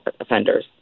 offenders